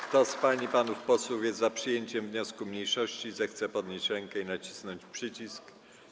Kto z pań i panów posłów jest za przyjęciem wniosku mniejszości, zechce podnieść rękę i nacisnąć przycisk.